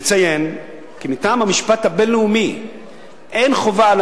נציין כי מטעם המשפט הבין-לאומי אין חובה על